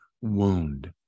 wound